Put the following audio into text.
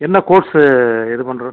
என்ன கோர்ஸ்ஸு இது பண்ணுறது